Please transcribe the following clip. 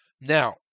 Now